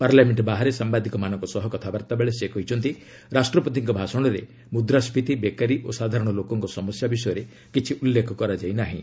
parliament ବାହାରେ ସାମ୍ଭାଦିକମାନଙ୍କ ସହ କଥାବାର୍ତ୍ତା ବେଳେ ସେ କହିଛନ୍ତି ରାଷ୍ଟ୍ରପତିଙ୍କ ଭାଷଣରେ ମୃଦ୍ରାଞ୍ଚିତି ବେକାରୀ ଓ ସାଧାରଣ ଲୋକଙ୍କ ସମସ୍ୟା ବିଷୟରେ କିଛି ଉଲ୍ଲେଖ କରାଯାଇ ନାହିଁ